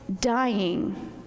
dying